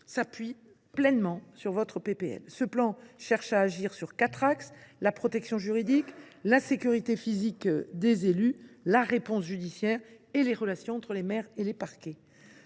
s’appuie pleinement sur votre proposition de loi. Ce plan cherche à agir selon quatre axes : la protection juridique, la sécurité physique des élus, la réponse judiciaire et les relations entre les maires et les parquets.